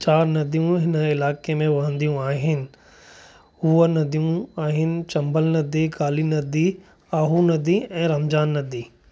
चारि नदियूं हिन इलाइक़े में वहंदियूं आहिनि हूअ नदियूं आहिनि चंबल नदी काली नदी आहू नदी ऐं रमज़ान नदी